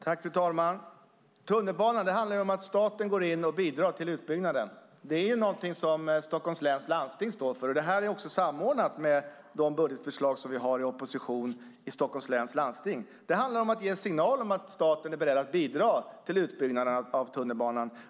Fru talman! Tunnelbanan handlar om att staten går in och bidrar till utbyggnaden. Det är något som Stockholms läns landsting står för, och det är också samordnat med de budgetförslag som vi har i opposition i Stockholms läns landsting. Det handlar om att ge en signal om att staten är beredd att bidra till utbyggnaden av tunnelbanan.